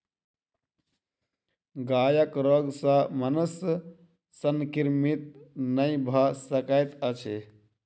गायक रोग सॅ मनुष्य संक्रमित नै भ सकैत अछि